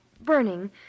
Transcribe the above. burning